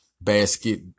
basket